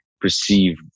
perceive